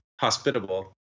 hospitable